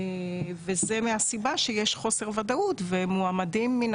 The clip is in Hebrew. וזה מהסיבה שיש חוסר ודאות ומועמדים מן